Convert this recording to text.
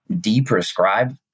de-prescribe